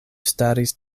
staris